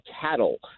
cattle